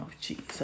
Jesus